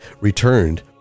returned